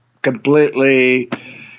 completely